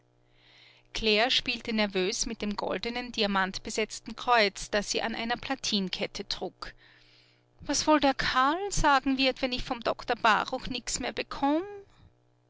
claire spielte nervös mit dem goldenen diamantbesetzten kreuz das sie an einer platinkette trug was wohl der karl sagen wird wenn ich vom doktor baruch nichts mehr bekomm